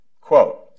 quote